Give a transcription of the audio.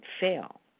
fail